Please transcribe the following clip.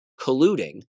colluding